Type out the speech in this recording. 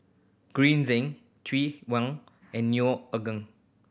Green Zeng Chew wen and Neo Anngee